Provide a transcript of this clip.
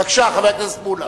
בבקשה, חבר הכנסת מולה.